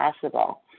possible